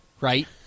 right